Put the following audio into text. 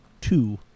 two